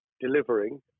delivering